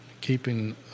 keeping